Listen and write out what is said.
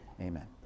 Amen